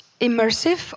immersive